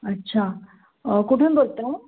अच्छा कुठून बोलता आहे